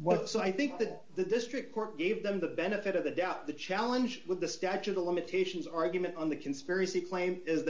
what so i think that the district court gave them the benefit of the doubt the challenge with the statute of limitations argument on the conspiracy claim